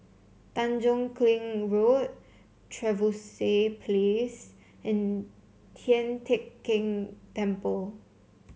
Tanjong Kling Road Trevose Place and Tian Teck Keng Temple